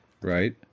right